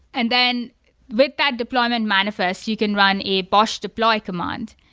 and then with that deployment manifest, you can run a bosh deploy command.